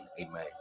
Amen